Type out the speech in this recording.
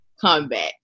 comeback